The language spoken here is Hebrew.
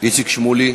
איציק שמולי,